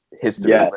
history